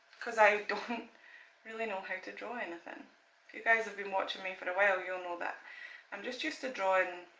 because i don't really know how to draw anything. if you guys have been watching me for a while you'll know that i'm just used to drawing